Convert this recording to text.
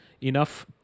enough